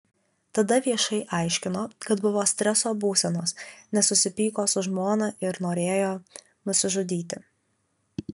tada viešai aiškino kad buvo streso būsenos nes susipyko su žmona ir norėjo nusižudyti